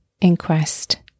inquest